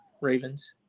Ravens